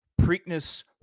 preakness